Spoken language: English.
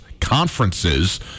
conferences